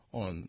on